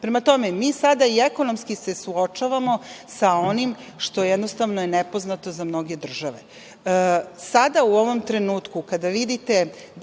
Prema tome, mi se sada i ekonomski suočavamo sa onim što je jednostavno nepoznato za mnoge države. Sada, u ovom trenutku, kada vidite,